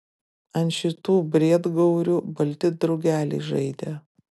ant šitų briedgaurių balti drugeliai žaidė